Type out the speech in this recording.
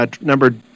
Number